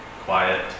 quiet